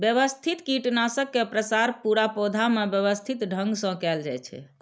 व्यवस्थित कीटनाशक के प्रसार पूरा पौधा मे व्यवस्थित ढंग सं कैल जाइ छै